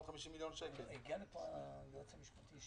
שיגיעו מההכנסות?